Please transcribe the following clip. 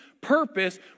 purpose